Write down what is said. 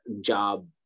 job